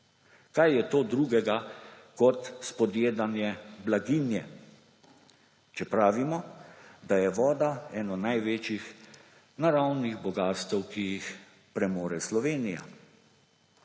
Kaj je to drugega, kot spodjedanje blaginje, če pravimo, da je voda eno največjih naravnih bogastev, ki jih premore Slovenija?